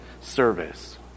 service